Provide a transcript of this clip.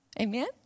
Amen